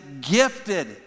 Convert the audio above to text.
gifted